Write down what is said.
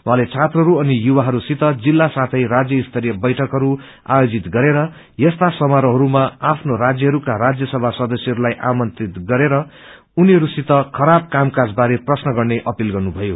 उहाँले छात्रहरू अनि युवाहरूसित जिल्ल साथै राज्य स्तरीय बैठकहरू आयोजित गरेर यस्ता समारोहहरूमा आफ्नो राज्यहरूका राज्य सभा सदस्यहरूलाई आमन्त्रित गरेर उनीहरूसित खराब कामकाज बारे प्रश्न गर्ने अपील गनुीयो